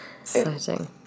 Exciting